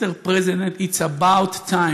Mr. President, it's about time.